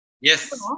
Yes